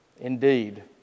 Indeed